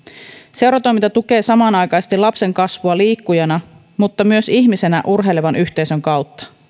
seuratoiminta tukee samanaikaisesti lapsen kasvua liikkujana mutta myös ihmisenä urheilevan yhteisön kautta